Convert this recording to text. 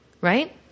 right